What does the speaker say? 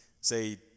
say